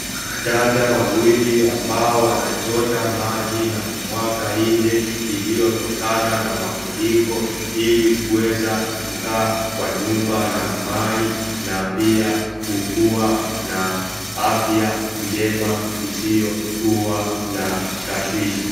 Wanadada wawili ambao wanaochota maji na kumwanga nje iliyotokana na mafuriko ilikuweza kukaa kwa nyumba na amani na pia kukuwa na afya njema isiyokuwa na tashwishwi.